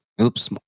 Oops